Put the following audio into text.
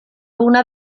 una